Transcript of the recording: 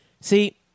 see